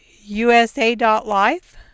USA.life